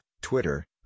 Twitter